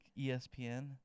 ESPN